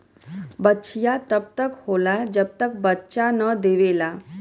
बछिया तब तक होला जब तक बच्चा न देवेला